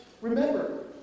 Remember